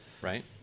right